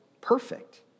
perfect